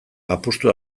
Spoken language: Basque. apustu